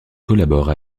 collabore